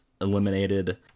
eliminated